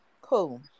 cool